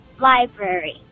library